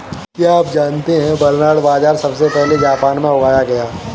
क्या आप जानते है बरनार्ड बाजरा सबसे पहले जापान में उगाया गया